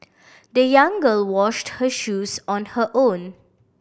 the young girl washed her shoes on her own